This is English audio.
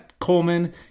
Coleman